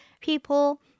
People